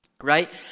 Right